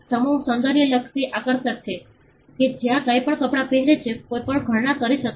સમૂહ સૌંદર્યલક્ષી આકર્ષક છે કે જે કંઈપણ કપડાં પહેરે છે કોઈપણ ઘરેણાં કરી શકાય છે